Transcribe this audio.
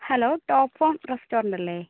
hello top form restaurant അല്ലേ